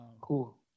cool